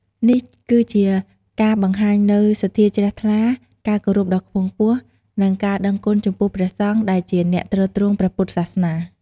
នេះគឺជាការបង្ហាញនូវសទ្ធាជ្រះថ្លា ការគោរពដ៏ខ្ពង់ខ្ពស់ និងការដឹងគុណចំពោះព្រះសង្ឃ ដែលជាអ្នកទ្រទ្រង់ព្រះពុទ្ធសាសនា។